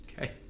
Okay